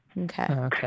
Okay